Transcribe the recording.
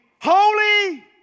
holy